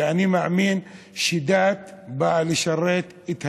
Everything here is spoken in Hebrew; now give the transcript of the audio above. כי אני מאמין שדת באה לשרת את האנושות,